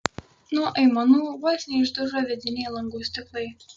nuo aimanų vos neišdužo vidiniai langų stiklai